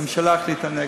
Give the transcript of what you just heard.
הממשלה החליטה נגד.